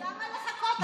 למה לחכות?